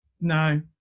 No